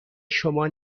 شما